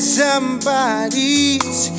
somebody's